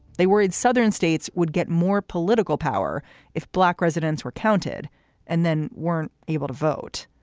they worried southern states would get more political power if black residents were counted and then weren't able to vote.